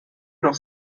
noch